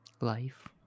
Life